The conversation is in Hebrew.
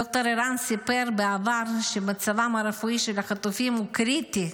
ד"ר ערן סיפר בעבר שמצבם הרפואי של החטופים הוא קריטי,